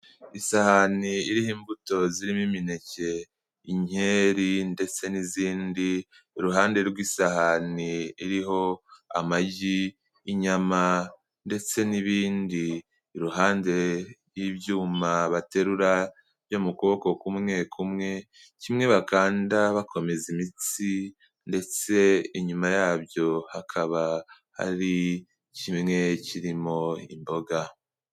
Isahani iriho imbuto zirimo: Imineke, inkeri ndetse n'izindi, iruhande rw'isahani iriho: amagi, inyama ndetse n'ibindi, iruhande rw'ibyuma baterura byo mu kuboko kumwe kumwe, kimwe bakanda bakomeza imitsi ndetse inyuma yabyo hakaba hari kimwe kirimo imboga.